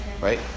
right